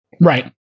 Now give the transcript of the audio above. Right